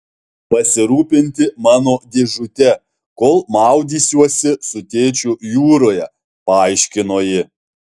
pasirūpinti mano dėžute kol maudysiuosi su tėčiu jūroje paaiškino ji